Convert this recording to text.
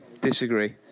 Disagree